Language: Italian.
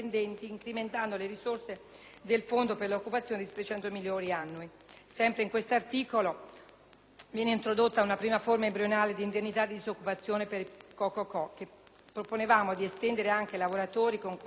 del Fondo per l'occupazione di 700 milioni di euro annui. Sempre in questo articolo, viene introdotta una prima forma embrionale di indennità di disoccupazione per i Co.co.co, che proponevamo di estendere anche ai lavoratori con contratto di somministrazione di lavoro,